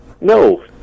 No